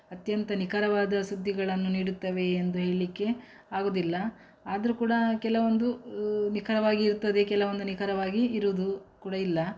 ಅತ್ಯಂತ ನಿಖರವಾದ ಸುದ್ದಿಗಳನ್ನು ನೀಡುತ್ತವೆ ಎಂದು ಹೇಳಲಿಕ್ಕೆ ಆಗುವುದಿಲ್ಲ ಆದರು ಕೂಡ ಕೆಲವೊಂದು ನಿಖರವಾಗಿ ಇರುತ್ತದೆ ಕೆಲವೊಂದು ನಿಖರವಾಗಿ ಇರುವುದು ಕೂಡ ಇಲ್ಲ